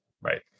Right